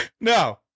no